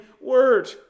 word